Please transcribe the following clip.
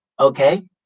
Okay